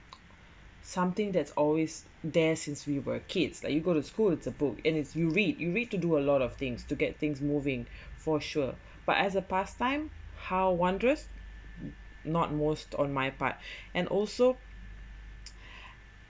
something that's always there since we were kids like you go to school it's a book and it's you read you read to do a lot of things to get things moving for sure but as a pastime how wondrous not most on my part and also